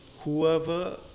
whoever